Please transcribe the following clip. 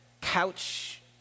couch